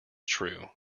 true